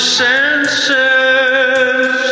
senses